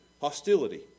hostility